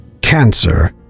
Cancer